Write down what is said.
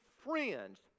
friends